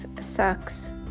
sucks